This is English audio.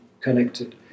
connected